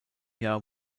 jahr